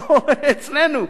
לא אצלנו.